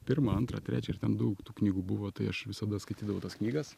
pirmą antrą trečią ir ten daug tų knygų buvo tai aš visada skaitydavau tas knygas